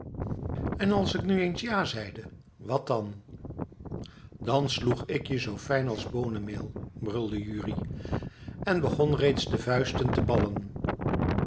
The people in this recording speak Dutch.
en als ik nu eens ja zeide wat dan dan sloeg ik je zoo fijn als boonenmeel brulde jurrie en begon reeds de vuisten te ballen